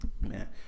man